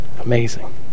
amazing